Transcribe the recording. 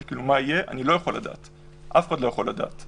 אין הדבקה אצל ילדים בני שבע,